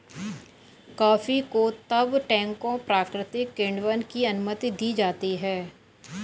coffee को तब टैंकों प्राकृतिक किण्वन की अनुमति दी जाती है